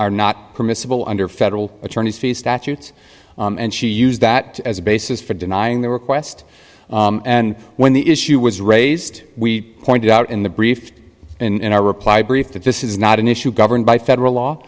are not permissible under federal attorney's fees statutes and she used that as a basis for denying the request and when the issue was raised we pointed out in the brief in our reply brief that this is not an issue governed by federal law